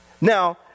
Now